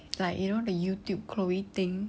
like you know the youtube chloe ting